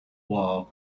war